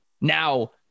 now